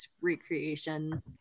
recreation